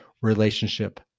relationship